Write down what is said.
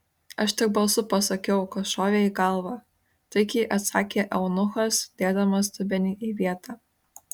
aš tik balsu pasakiau kas šovė į galvą taikiai atsakė eunuchas dėdamas dubenį į vietą